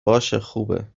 باشهخوبه